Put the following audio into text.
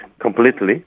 completely